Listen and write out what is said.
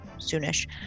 soonish